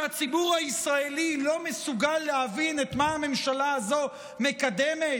שהציבור הישראלי לא מסוגל להבין את מה הממשלה הזו מקדמת?